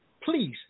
please